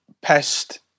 pest